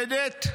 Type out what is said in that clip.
מיוחדת,